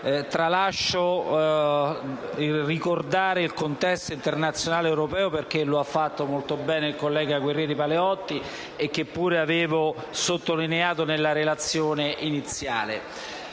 di ricordare il contesto internazionale ed europeo, perché lo ha fatto molto bene il collega Guerrieri Paleotti e che pure avevo sottolineato nella relazione iniziale.